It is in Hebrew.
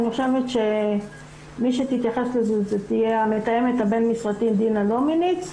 אני חושבת שמי שתתייחס לזה תהיה המתאמת הבין משרדית דינה דומיניץ.